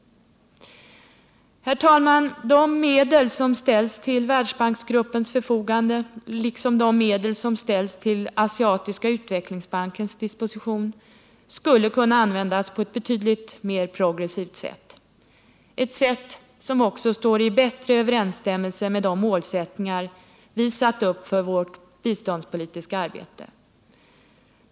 Herr talman! De medel som ställs till Världsbanksgruppens förfogande, liksom de som ställs till Asiatiska utvecklingsbankens disposition, skulle kunna användas på ett betydligt mer progressivt sätt, ett sätt som också står i bättre överensstämmelse med de mål vi har satt upp för vårt biståndspolitiska arbete.